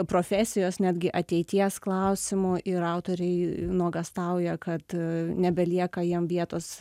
profesijos netgi ateities klausimu ir autoriai nuogąstauja kad nebelieka jiem vietos